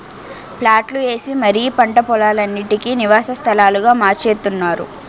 ప్లాట్లు ఏసి మరీ పంట పోలాలన్నిటీనీ నివాస స్థలాలుగా మార్చేత్తున్నారు